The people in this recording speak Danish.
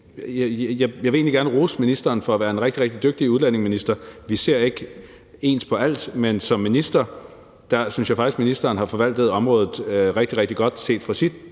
Jeg vil egentlig gerne rose ministeren for at være en rigtig, rigtig dygtig udlændingeminister. Vi ser ikke ens på alt, men som minister synes jeg faktisk ministeren har forvaltet området rigtig, rigtig godt set fra sit